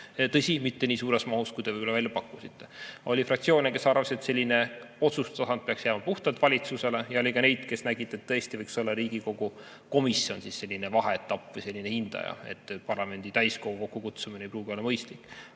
Tõsi, mitte nii suures mahus, nagu te välja pakkusite. Oli fraktsioone, kes arvasid, et see otsustustasand peaks jääma puhtalt valitsusele. Ja oli ka neid, kes nägid, et tõesti võiks olla Riigikogu komisjon selline vaheetapp või hindaja, sest parlamendi täiskogu kokkukutsumine ei pruugi olla mõistlik.